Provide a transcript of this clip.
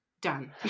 Done